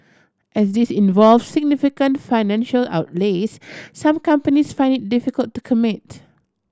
as these involve significant financial outlays some companies find it difficult to commit